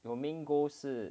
your main goal 是